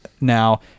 now